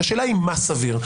השאלה היא מה סביר.